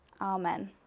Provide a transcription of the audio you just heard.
Amen